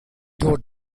door